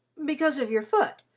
because of your foot,